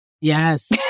Yes